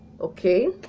Okay